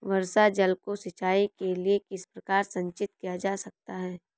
वर्षा जल को सिंचाई के लिए किस प्रकार संचित किया जा सकता है?